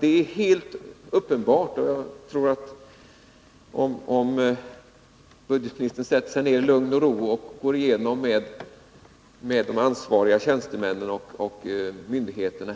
Det är helt uppenbart — och jag tror att ekonomioch budgetministern kommer att finna det om han sätter sig ner i lugn och ro och går igenom problemen med de ansvariga tjänstemännen och myndigheterna